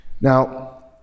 Now